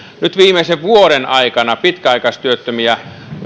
nyt viimeisen vuoden aikana pitkäaikaistyöttömien